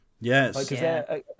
Yes